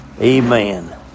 Amen